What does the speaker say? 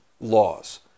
laws